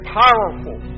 powerful